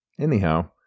Anyhow